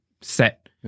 set